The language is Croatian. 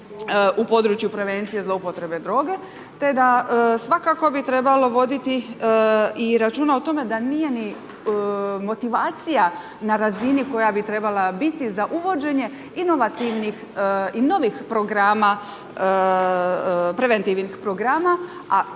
u području prevencije zloupotrebe droge te da svakako bi trebalo voditi i računa o tome da nije ni motivacija na razini koja bi trebala biti za uvođenje inovativnih i novih programa, preventivnih programa